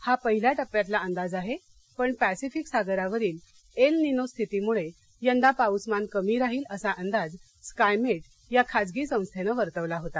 हा पहिल्या टप्प्यातला अंदाज आहे पण पॅसिफिक सागरावरील एल निनो स्थितिमुळे यंदा पाऊसमान कमी राहील असा अंदाज स्कायमेट या खाजगी संस्थेनं वर्तवला होता